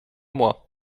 moi